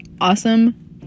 awesome